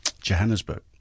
Johannesburg